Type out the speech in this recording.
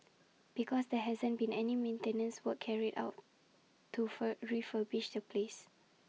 because there hasn't been any maintenance works carried out to fur refurbish the place